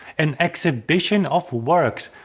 an exhibition of works,